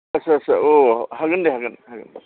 आदसा आदसा औ हागोन दे हागोन हागोन